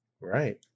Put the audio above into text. Right